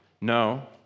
No